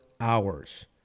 hours